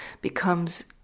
becomes